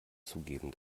zugeben